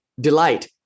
delight